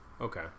okay